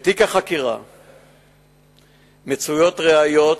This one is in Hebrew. בתיק החקירה מצויות ראיות,